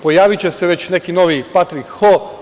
Pojaviće se već neki novi Patrik Ho.